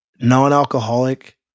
non-alcoholic